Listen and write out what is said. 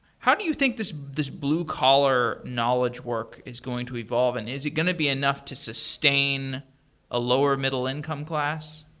how do you think this this blue collar knowledge work is going to evolve? and is it going to be enough to sustain a lower middle income class?